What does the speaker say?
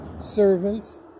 servants